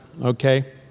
okay